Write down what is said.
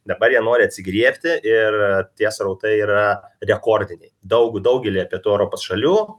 dabar jie nori atsigriebti ir tie srautai yra rekordiniai daug daugelyje pietų europos šalių